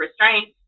restraint